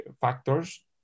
factors